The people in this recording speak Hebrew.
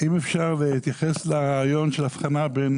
האם אפשר להתייחס להבחנה בין